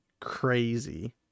crazy